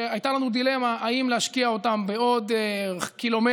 והייתה לנו דילמה אם להשקיע אותם בעוד קילומטר,